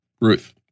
Ruth